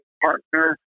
partner